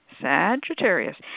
Sagittarius